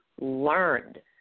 learned